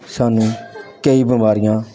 ਸਾਨੂੰ ਕਈ ਬਿਮਾਰੀਆਂ